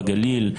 בגליל,